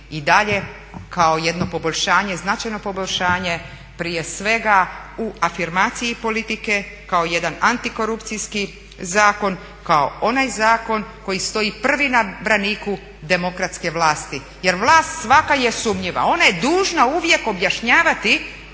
i dalje kao jedno poboljšanje, značajno poboljšanje prije svega u afirmaciji politike kao jedan antikorupcijski zakon, kao onaj zakon koji stoji prvi na braniku demokratske vlasti jer vlast svaka je sumnjiva. Ona je dužna uvijek objašnjavati